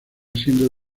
siendo